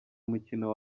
umukino